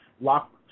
lock